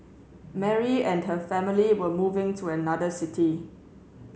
Mary and her family were moving to another city